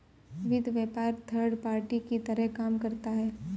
वित्त व्यापार third party की तरह काम करता है